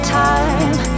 time